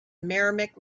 merrimack